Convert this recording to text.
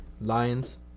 Lions